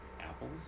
apples